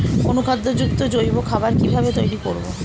অনুখাদ্য যুক্ত জৈব খাবার কিভাবে তৈরি করব?